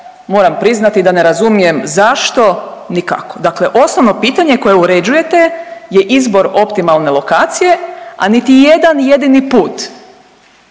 moram priznati da ne razumijem zašto ni kako. Dakle, osnovno pitanje koje uređujete je izbor optimalne lokacije, a niti jedan jedini put